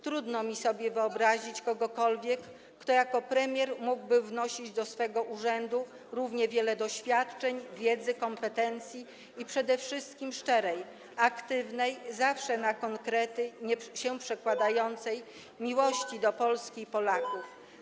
Trudno mi sobie wyobrazić kogokolwiek, kto jako premier mógłby wnosić do swego urzędu równie wiele doświadczeń, wiedzy, kompetencji i przede wszystkim szczerej, aktywnej, zawsze na konkrety się przekładającej miłości do Polski i Polaków.